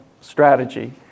strategy